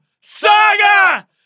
Saga